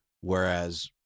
Whereas